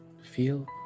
feel